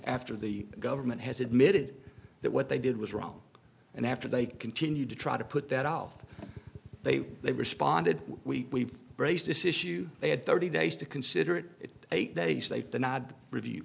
after the government has admitted that what they did was wrong and after they continued to try to put that all through they they responded we raised this issue they had thirty days to consider it it eight days they denied review